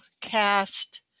cast